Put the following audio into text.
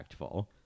impactful